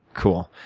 cool.